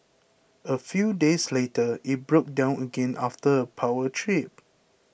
a few days later it broke down again after a power trip